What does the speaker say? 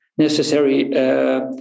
Necessary